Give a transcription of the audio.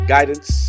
Guidance